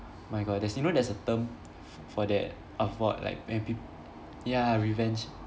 my god there's you know there's a term f~ for that of what like when peop~ ya revenge